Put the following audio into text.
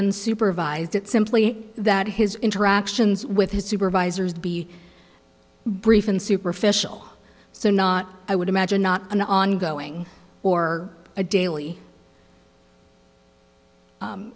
unsupervised it's simply that his interactions with his supervisors be brief and superficial so not i would imagine not an ongoing or a daily